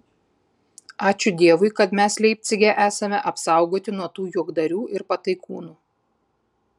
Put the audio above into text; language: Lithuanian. ačiū dievui kad mes leipcige esame apsaugoti nuo tų juokdarių ir pataikūnų